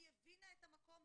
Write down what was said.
היא הבינה את המקום,